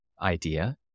idea